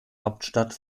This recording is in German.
hauptstadt